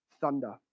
thunder